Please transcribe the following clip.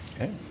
Okay